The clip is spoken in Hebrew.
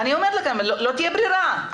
לא תהיה ברירה.